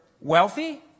wealthy